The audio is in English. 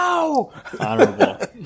honorable